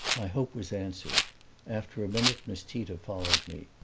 my hope was answered after a minute miss tita followed me.